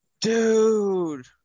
Dude